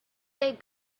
they